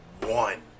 one